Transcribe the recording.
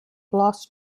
lost